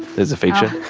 there's a feature?